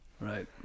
Right